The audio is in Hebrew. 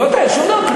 לא, שום דבר.